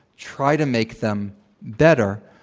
try to make them better,